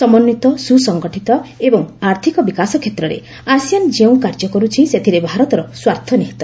ସମନ୍ୱିତ ସୁସଙ୍ଗଠିତ ଏବଂ ଆର୍ଥକ ବିକାଶ କ୍ଷେତ୍ରରେ ଆସିଆନ୍ ଯେଉଁ କାର୍ଯ୍ୟ କରୁଛି ସେଥିରେ ଭାରତର ସ୍ୱାର୍ଥ ନିହିତ